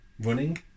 Running